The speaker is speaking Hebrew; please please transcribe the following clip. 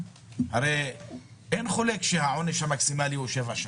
הרי אין חולק על כך שהעונש המקסימלי הוא שבע שנים,